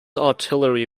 artillery